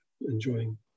enjoying